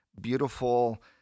beautiful